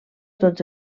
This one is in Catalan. tots